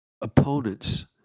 Opponents